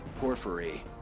Porphyry